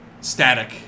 static